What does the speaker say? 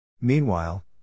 Meanwhile